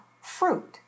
fruit